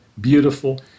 beautiful